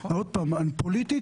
פוליטית,